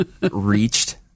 reached